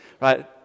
Right